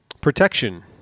protection